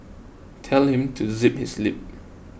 tell him to zip his lip